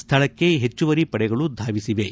ಸ್ಥಳಕ್ಕೆ ಹೆಚ್ಚುವರಿ ಪಡೆಗಳು ಧಾವಿಸಿವೆ